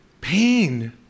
pain